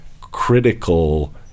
critical